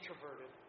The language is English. introverted